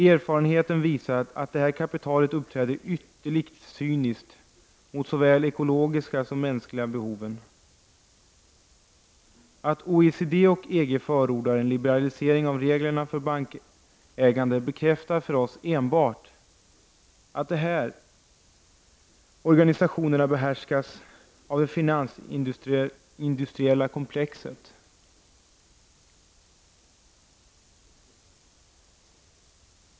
Erfarenheten visar att detta kapital uppträder ytterligt cyniskt mot såväl de ekologiska som de mänskliga behoven. Att OECD och EG förordar en liberalisering av reglerna för bankägande bekräftar för oss enbart att de här organisationerna behärskas av det finansindustriella komplexet.